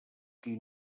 qui